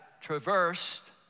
traversed